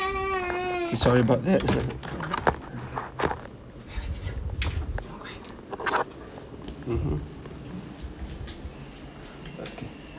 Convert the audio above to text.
I'm sorry about that mmhmm okay